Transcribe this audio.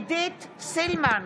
עידית סילמן,